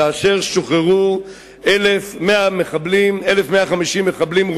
כאשר שוחררו 1,150 מחבלים,